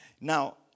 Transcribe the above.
Now